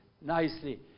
nicely